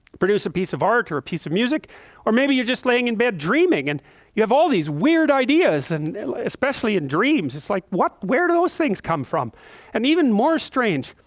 produce a piece of art or a piece of music or maybe you're just laying in bed dreaming and you have all these weird ideas and especially in dreams. it's like what where do those things come from and even more strange?